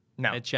No